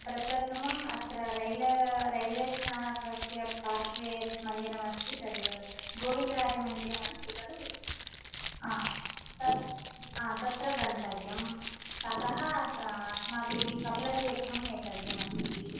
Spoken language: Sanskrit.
प्रप्रथमम् अत्र रैल् रैल्वेस्थानकस्य पार्श्वे यद् मन्दिरमस्ति तद् गोविन्दराजमन्दिरमस्ति खलु हा तद् हा तत्र गन्तव्यं ततः अस्माभिः कपलतीर्थं नेतव्यमस्ति